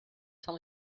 tell